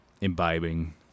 imbibing